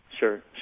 Sure